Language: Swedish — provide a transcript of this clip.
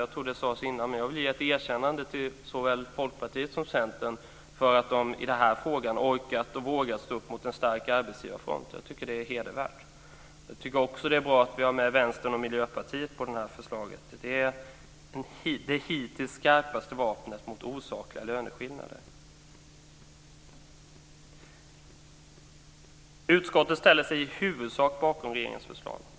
Jag tror att det sades tidigare, men jag vill ge ett erkännande till såväl Folkpartiet som Centern för att de i den här frågan orkat och vågat stå upp mot en stark arbetsgivarfront. Jag tycker att det är hedervärt. Jag tycker också att det är bra att vi har med Vänstern och Miljöpartiet på det här förslaget. Det är det hittills skarpaste vapnet mot osakliga löneskillnader. Utskottet ställer sig i huvudsak bakom regeringens förslag.